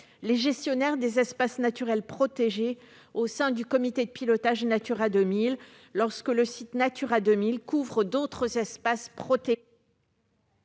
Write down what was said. les gestionnaires des espaces naturels protégés dans les comités de pilotage Natura 2000, lorsqu'un site couvre d'autres espaces protégés.